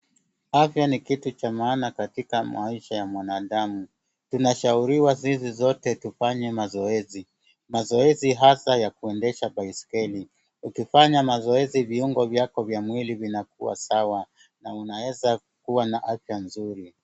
Afya ni kitu cha maana katika maisha ya mwanadamu. Tunashauriwa sisi sote tufanye mazoezi. Mazoezi hasa ya kuendesha baiskeli. Ukifanya mazoezi viungo vyako vya mwili vinakuwa sawa na unaweza kuwa na afya nzuri.